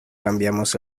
cambiamos